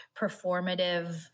performative